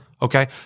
Okay